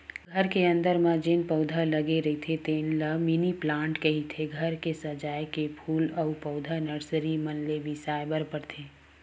घर के अंदर म जेन पउधा लगे रहिथे तेन ल मिनी पलांट कहिथे, घर के सजाए के फूल अउ पउधा नरसरी मन ले बिसाय बर परथे